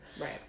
Right